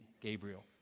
Gabriel